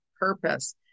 purpose